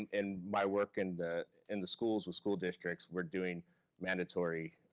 in my work in the in the schools with school districts, we're doing mandatory,